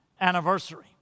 anniversary